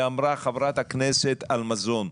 ואמרה חברת הכנסת על מזון,